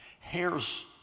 hair's